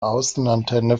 außenantenne